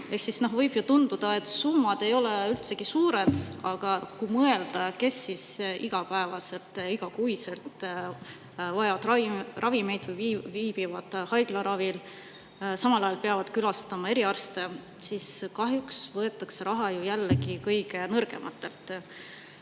Võib ju tunduda, et summad ei ole üldse suured, aga kui mõelda, kes igapäevaselt ja -kuiselt vajavad ravimeid või viibivad haiglaravil ning peavad samal ajal külastama eriarste, siis kahjuks võetakse raha ära jällegi kõige nõrgematelt.